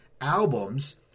albums